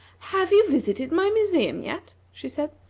have you visited my museum yet? she said.